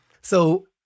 So-